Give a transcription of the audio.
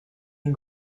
and